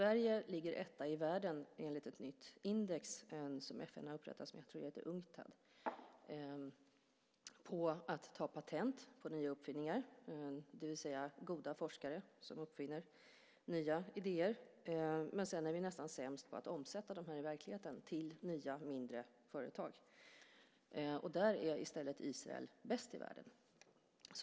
Enligt ett nytt index som FN:s handelsorganisation Unctad har upprättat ligger Sverige etta i världen på att ta patent på nya uppfinningar, det vill säga goda forskare som kommer med nya idéer. Men sedan är vi nästan sämst på att omsätta dem i verkligheten till nya mindre företag. Där är i stället Israel bäst i världen.